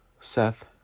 Seth